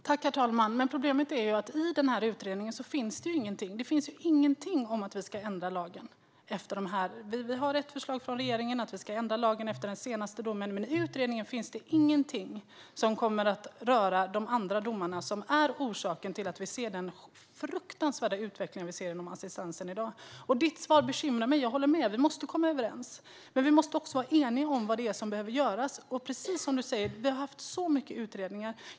Herr talman! Problemet är att i den här utredningen finns det ingenting. Det finns ingenting om att vi ska ändra lagen. Vi har ett förslag från regeringen om att vi ska ändra lagen efter den senaste domen, men i utredningen finns det ingenting som rör de andra domarna som är orsaken till att vi ser den fruktansvärda utvecklingen inom assistansen i dag. Ditt svar bekymrar mig. Jag håller med om att vi måste komma överens, men vi måste också vara eniga om vad som behöver göras, och som du säger har vi haft många utredningar.